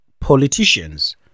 politicians